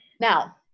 Now